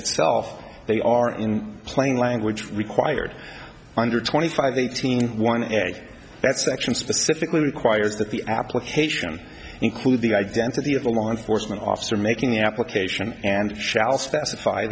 itself they are in plain language required under twenty five eighteen one eg that section specifically requires that the application include the identity of a law enforcement officer making the application and shall specify